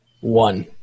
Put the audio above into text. One